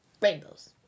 rainbows